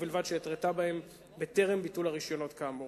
ובלבד שהתרתה בה בטרם ביטול הרשיונות כאמור.